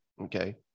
Okay